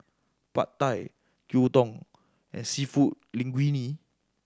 Pad Thai Gyudon and Seafood Linguine